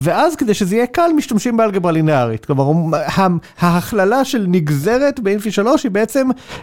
ואז כדי שזה יהיה קל, משתמשים באלגברה לינארית. כלומר, ההכללה של נגזרת באינפי 3 היא בעצם...